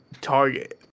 target